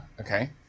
Okay